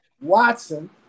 Watson